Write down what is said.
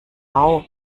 bau